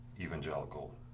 evangelical